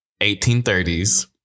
1830s